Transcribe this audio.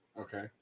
Okay